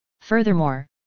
Furthermore